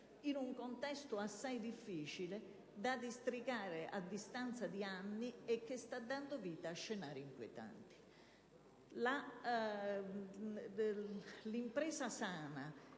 in un contesto assai difficile da districare, a distanza di anni, che sta dando vita a scenari inquietanti.